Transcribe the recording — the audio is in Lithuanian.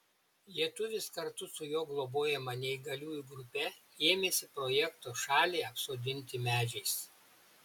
lietuvis kartu su jo globojama neįgaliųjų grupe ėmėsi projekto šalį apsodinti medžiais